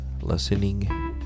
listening